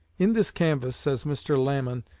in this canvass, says mr. lamon,